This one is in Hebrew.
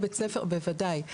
בוודאי.